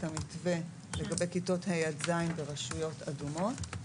המתווה לכיתות ה' עד ז' ברשויות אדומות,